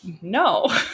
no